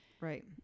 right